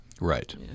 Right